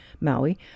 Maui